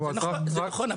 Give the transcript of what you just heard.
זה נכון,